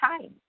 time